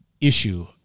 issue